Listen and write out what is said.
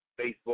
Facebook